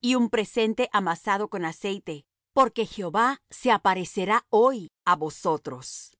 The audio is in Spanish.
y un presente amasado con aceite porque jehová se aparecerá hoy á vosotros